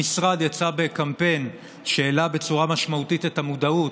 המשרד יצא בקמפיין שהעלה בצורה משמעותית את המודעות.